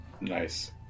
Nice